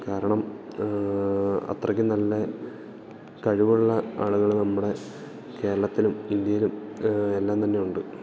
കാരണം അത്രയ്ക്കും നല്ല കഴിവുള്ള ആളുകള് നമ്മുടെ കേരളത്തിലും ഇന്ത്യയിലും എല്ലാം തന്നെ ഉണ്ട്